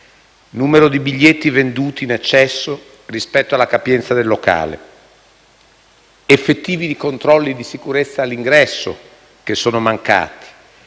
Numero di biglietti venduti in eccesso rispetto alla capienza del locale, effettivi controlli di sicurezza all'ingresso che sono mancati,